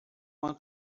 uma